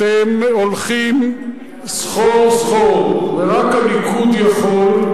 אתם הולכים סחור-סחור, ורק הליכוד יכול.